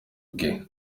ubwe